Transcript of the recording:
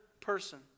person